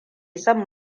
son